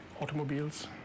automobiles